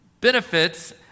benefits